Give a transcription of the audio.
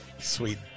sweet